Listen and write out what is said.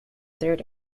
third